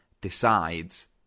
decides